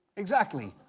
exactly.